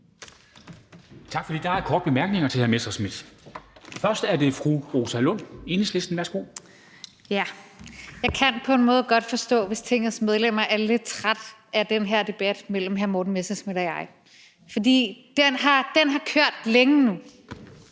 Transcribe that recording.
Tak for det. Der er korte bemærkninger til hr. Morten Messerschmidt. Først er det fru Rosa Lund, Enhedslisten. Værsgo. Kl. 14:38 Rosa Lund (EL): Jeg kan på en måde godt forstå, hvis Tingets medlemmer er lidt trætte af den her debat mellem hr. Morten Messerschmidt og mig, for den har kørt længe nu.